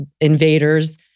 invaders